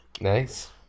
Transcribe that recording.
nice